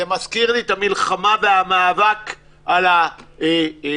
זה מזכיר לי את המלחמה והמאבק על הצימרים.